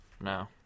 No